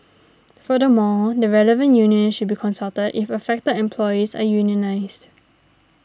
furthermore the relevant union should be consulted if affected employees are unionised